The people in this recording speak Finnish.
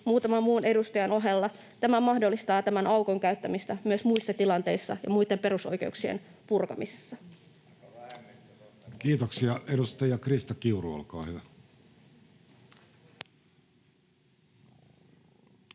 muutaman muun edustajan ohella, tämän aukon käyttämisen myös muissa tilanteissa ja muitten perusoikeuksien purkamisessa. Kiitoksia. — Edustaja Krista Kiuru, olkaa hyvä.